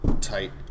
tight